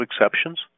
exceptions